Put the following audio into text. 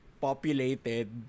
populated